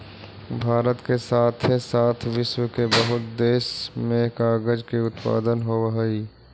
भारत के साथे साथ विश्व के बहुते देश में कागज के उत्पादन होवऽ हई